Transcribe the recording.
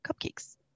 cupcakes